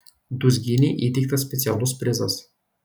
dūzgynei įteiktas specialus prizas